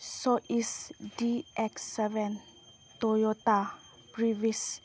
sou east D X seven Toyota previa